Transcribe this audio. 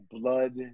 blood